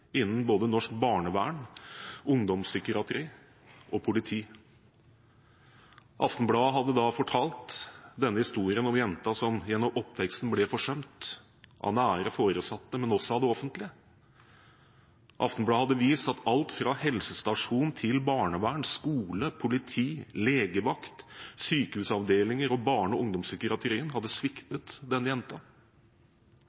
innen både norsk barnevern, ungdomspsykiatri og politi. Aftenbladet hadde da fortalt denne historien om jenta som opp gjennom oppveksten ble forsømt av nære foresatte, men også av det offentlige. Aftenbladet hadde vist at alt fra helsestasjon til barnevern, skole, politi, legevakt, sykehusavdelinger og barne- og ungdomspsykiatrien hadde